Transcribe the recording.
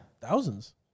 Thousands